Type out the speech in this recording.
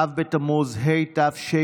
ו' בתמוז התשפ"א,